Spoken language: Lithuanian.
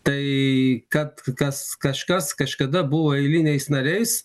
tai kad kas kažkas kažkada buvo eiliniais nariais